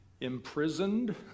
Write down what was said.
imprisoned